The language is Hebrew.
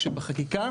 כשישבו